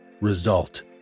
Result